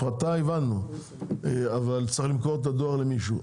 הפרטה הבנו אבל צריך למכור את הדואר למישהו.